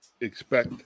expect